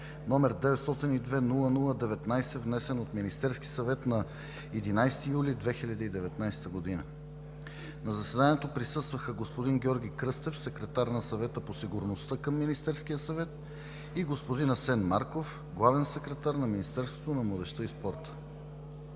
г., № 902-00-19, внесен от Министерския съвет на 11 юли 2019 г. На заседанието присъстваха господин Георги Кръстев – секретар на Съвета по сигурността към Министерския съвет, и господин Асен Марков – главен секретар на Министерството на младежта и спорта.